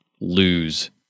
lose